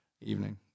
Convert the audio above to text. evening